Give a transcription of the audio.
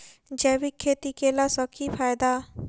जैविक खेती केला सऽ की फायदा?